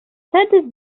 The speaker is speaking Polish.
wtedy